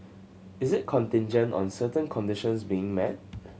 is it contingent on certain conditions being met